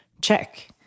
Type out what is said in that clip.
Check